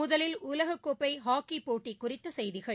முதலில் உலகக்கோப்பைஹாக்கிப்போட்டிகுறித்தசெய்திகள்